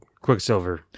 Quicksilver